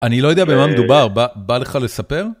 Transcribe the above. אני לא יודע במה מדובר, בא לך לספר?